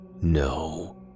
No